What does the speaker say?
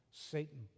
Satan